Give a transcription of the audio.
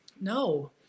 No